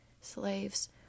slaves